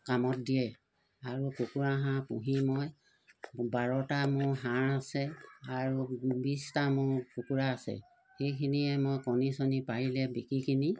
কামত দিয়ে আৰু কুকুৰা হাঁহ পুহি মই বাৰটা মোৰ হাঁহ আছে আৰু বিছটা মোৰ কুকুৰা আছে সেইখিনিয়ে মই কণী চণী পাৰিলে বিকি কিনি